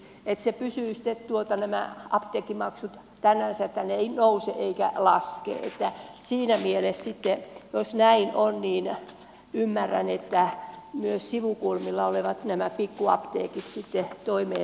jos nämä apteekkimaksut pysyisivät sitten sellaisina etteivät ne nouse eivätkä laske niin siinä mielessä sitten jos näin on ymmärrän että myös näiden sivukulmilla olevien pikkuapteekkien toimeentulo tulee jatkumaan